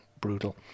brutal